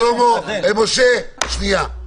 שלמה, משה, רגע.